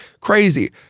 crazy